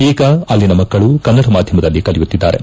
ಈಗ ಅಲ್ಲಿನ ಮಕ್ಕಳು ಕನ್ನಡ ಮಾಧ್ವಮದಲ್ಲಿ ಕಲಿಯುತ್ತಿದ್ದಾರೆ